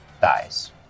dies